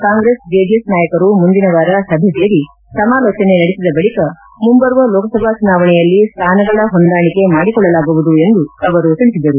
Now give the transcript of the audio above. ಕಾಂಗ್ರೆಸ್ ಜೆಡಿಎಸ್ ನಾಯಕರು ಮುಂದಿನ ವಾರ ಸಭೆ ಸೇರಿ ಸಮಾಲೋಚನೆ ನಡೆಸಿದ ಬಳಿಕ ಮುಂಬರುವ ಲೋಕಸಭಾ ಚುನಾವಣೆಯಲ್ಲಿ ಸ್ವಾನಗಳ ಹೊಂದಾಣಿಕೆ ಮಾಡಿಕೊಳ್ಳಲಾಗುವುದು ಎಂದು ಅವರು ಹೇಳಿದರು